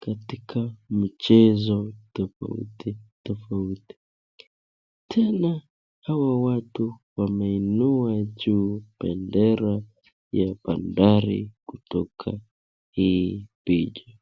katika mchezo tofauti tofauti. Tena hawa watu wameinua juu bendera ya Bandari kutoka hii picha.